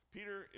Peter